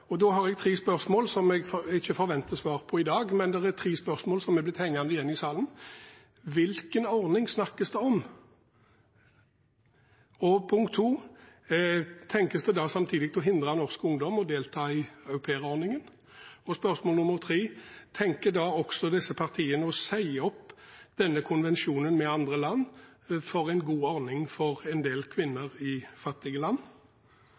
Da har jeg tre spørsmål, som jeg ikke forventer svar på i dag, men som er blitt hengende igjen i salen: Hvilken ordning snakkes det om? Og punkt 2: Tenkes det da samtidig å hindre norsk ungdom fra å delta i aupairordningen? Og spørsmål nr. 3: Tenker da også disse partiene å si opp denne konvensjonen med andre land for en god ordning for en del kvinner i fattige land?